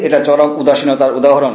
এটা চরম উদাসীনতার উদাহরণ